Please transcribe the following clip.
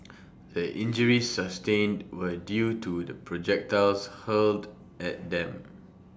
the injuries sustained were due to projectiles hurled at them